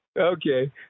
Okay